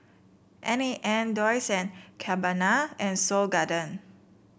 N A N Dolce and Gabbana and Seoul Garden